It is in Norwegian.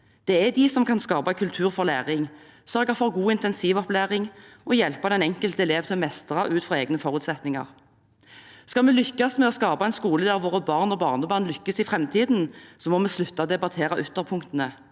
Det er de som kan skape kultur for læring, sørge for god intensivopplæring og hjelpe den enkelte elev til å mestre ut fra egne forutsetninger. Skal vi lykkes med å skape en skole der våre barn og barnebarn lykkes i framtiden, må vi slutte å debattere ytterpunktene.